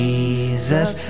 Jesus